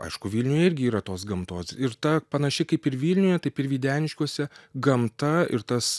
aišku vilniuje irgi yra tos gamtos ir ta panaši kaip ir vilniuje taip ir videniškiuose gamta ir tas